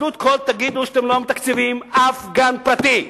תגידו שאתם לא מתקצבים אף גן פרטי.